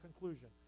conclusion